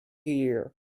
year